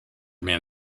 man